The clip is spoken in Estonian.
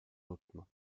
nutma